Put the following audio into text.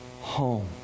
home